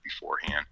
beforehand